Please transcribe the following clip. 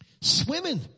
swimming